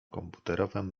komputerowym